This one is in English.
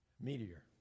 Meteor